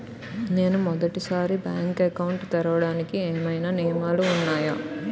నేను మొదటి సారి బ్యాంక్ అకౌంట్ తెరవడానికి ఏమైనా నియమాలు వున్నాయా?